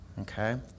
Okay